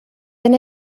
been